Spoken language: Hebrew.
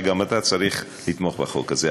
שגם אתה צריך לתמוך בחוק הזה.